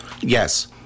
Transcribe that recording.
Yes